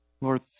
Lord